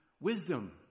wisdom